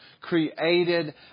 created